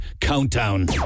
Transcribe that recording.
Countdown